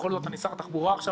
בכל זאת אני שר התחבורה עכשיו,